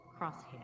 crosshair